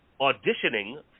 auditioning